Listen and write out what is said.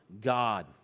God